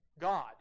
God